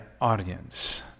audience